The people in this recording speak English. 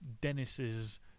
Dennis's